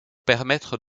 permettre